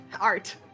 art